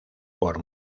por